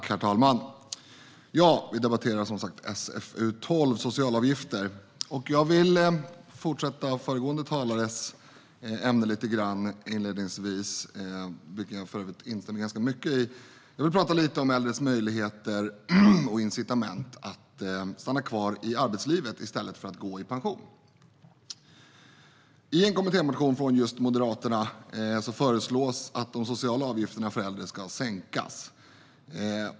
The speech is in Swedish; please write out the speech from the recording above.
Herr talman! Vi ska nu i kammaren debattera SfU12 Socialavgifter. Jag vill inledningsvis fortsätta med föregående talares ämne, som jag för övrigt instämmer ganska mycket i. Jag vill tala lite om äldres möjligheter och incitament att stanna kvar i arbetslivet i stället för att gå i pension. I en kommittémotion från Moderaterna föreslås att de sociala avgifterna för äldre ska sänkas.